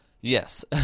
yes